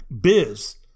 Biz